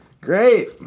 Great